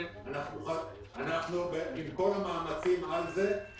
אנחנו במאמצים על זה.